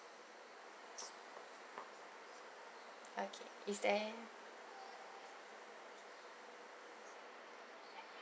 okay is there